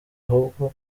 ahubwo